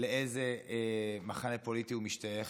לאיזה מחנה פוליטי הוא משתייך,